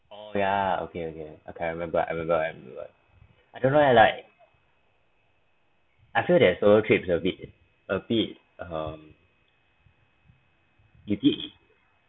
oh ya okay okay okay I can remember I remember I remember I don't know leh like I feel that solo trip is a bit a bit um you did